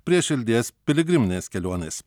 prie širdies piligriminės kelionės